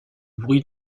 bruit